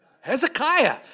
Hezekiah